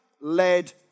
led